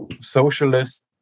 socialist